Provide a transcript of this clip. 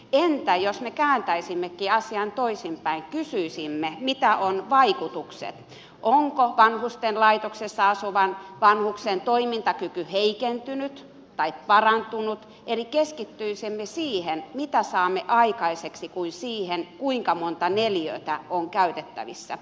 entä jos me kääntäisimmekin asian toisinpäin kysyisimme mitä ovat vaikutukset onko vanhusten laitoksessa asuvan vanhuksen toimintakyky heikentynyt tai parantunut eli keskittyisimme enemmän siihen mitä saamme aikaiseksi kuin siihen kuinka monta neliötä on käytettävissä